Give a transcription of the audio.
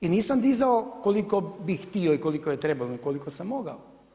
I nisam dizao koliko bih htio i koliko je trebalo nego koliko sam mogao.